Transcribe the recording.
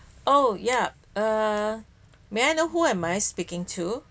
oh yup uh may I know who am I speaking to